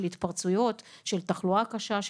של התפרצויות של תחלואה קשה,